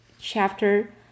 chapter